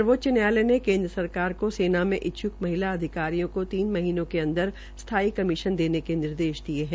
सर्वोच्च न्यायालय ने केन्द्र सरकार को सेना में इच्छ्क अधिकारियों को तीन महीनों के अंदर स्थाई कमीशन देने के निर्देश दिये है